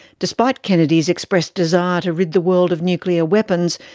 despite kennedy's expressed desire to rid the world of nuclear weapons,